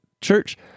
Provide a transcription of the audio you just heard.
church